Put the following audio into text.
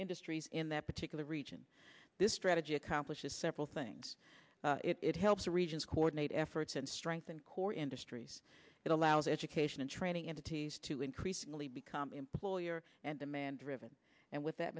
industries in that particular region this strategy accomplishes several things it helps our regions coordinate efforts and strengthen core industries it allows education and training entities to increasingly become employer and demand driven and with that